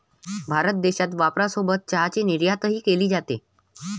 भारतात देशांतर्गत वापरासोबत चहाची निर्यातही केली जाते